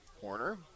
Corner